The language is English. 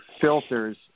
filters